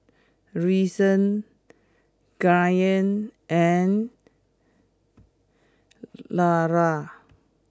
Reason Grant and Lara